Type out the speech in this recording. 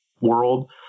world